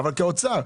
אבל כאוצר,